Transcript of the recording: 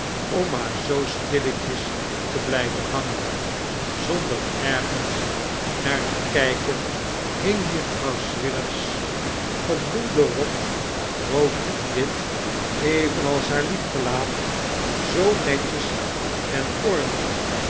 om maar zoo atdlletjes te blijven hangen zonder ergens naar te kijken hing juffrouw swidger's gebloemde rok rood en wit evenals haar lief gelaat zoo netjes en ordelijk